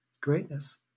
greatness